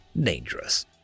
dangerous